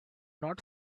not